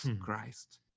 christ